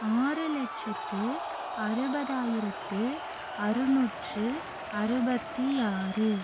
ஆறு லட்சத்து அறுபதாயிரத்து அறநூற்று அறுபத்தி ஆறு